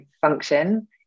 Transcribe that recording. function